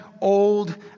old